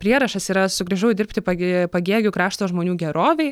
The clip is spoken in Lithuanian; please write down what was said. prierašas yra sugrįžau dirbti pagė pagėgių krašto žmonių gerovei